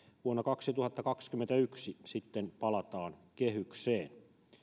vuonna kaksituhattakaksikymmentäyksi sitten palataan kehykseen